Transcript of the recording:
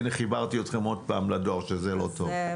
הינה, חיברת אתכם עוד פעם לדואר, וזה לא טוב.